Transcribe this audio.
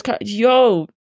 yo